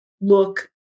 look